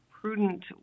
prudent